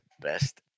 best